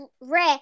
rare